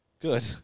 good